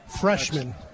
freshman